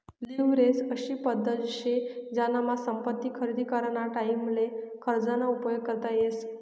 leverage अशी पद्धत शे जेनामा संपत्ती खरेदी कराना टाईमले कर्ज ना उपयोग करता येस